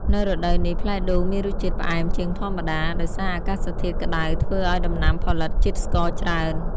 នៅរដូវនេះ ផ្លែដូងមានរសជាតិផ្អែមជាងធម្មតា ដោយសារអាកាសធាតុក្តៅធ្វើឲ្យដំណាំផលិតជាតិស្ករច្រើន។